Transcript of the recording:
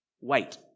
wait